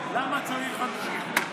למה צריך 50 קילו?